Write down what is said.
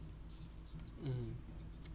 mm